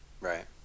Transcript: Right